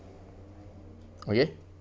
okay